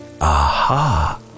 Aha